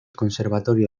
conservatorio